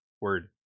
Word